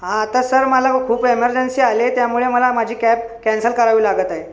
हां तर सर मला अहो खूप एमरजंसी आलीय त्यामुळे मला माझी कॅब कॅन्सल करावी लागत आहे